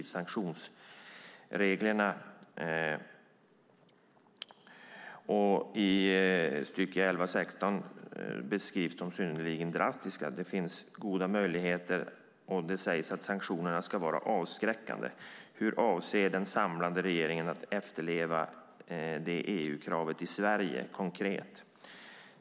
Sanktionsreglerna finns i artiklarna 11-16 och är synnerligen drastiska. Det sägs att sanktionerna ska vara avskräckande. Hur avser den samlade regeringen att konkret efterleva det EU-kravet i Sverige?